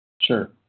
sure